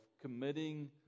committing